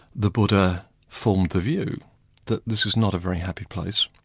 the buddha formed the view that this is not a very happy place,